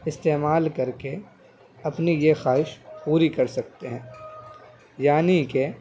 استعمال کر کے اپنی یہ خواہش پوری کر سکتے ہیں یعنی کہ